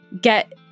get